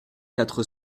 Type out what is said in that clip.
quatre